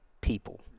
people